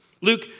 Luke